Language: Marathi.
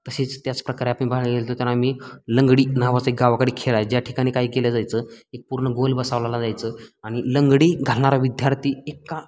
तसेच त्याच प्रकारे आपण बघायला गेलो तर आम्ही लंगडी नावाचं एक गावाकडे खेळ आहे ज्या ठिकाणी काही केल्या जायचं एक पूर्ण गोल बसवलेलं जायचं आणि लंगडी घालणारा विद्यार्थी एका